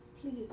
Please